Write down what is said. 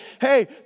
hey